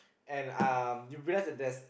and um you realize that there's